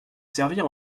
servir